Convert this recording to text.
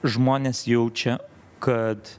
žmonės jaučia kad